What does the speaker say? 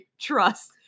Trust